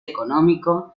económico